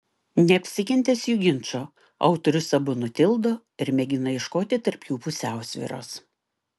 neapsikentęs jų ginčo autorius abu nutildo ir mėgina ieškoti tarp jų pusiausvyros